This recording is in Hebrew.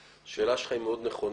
קודם כול, השאלה שלך היא מאוד נכונה.